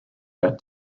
bet